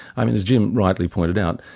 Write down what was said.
um and as jim rightly pointed out,